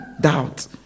doubt